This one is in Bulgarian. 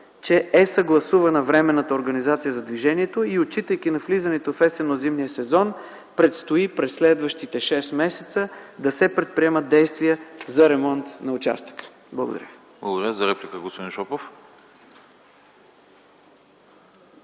че е съгласувана временната организация за движението и, отчитайки навлизането в есенно-зимния сезон през следващите шест месеца предстои да се предприемат действия за ремонт на участъка. Благодаря.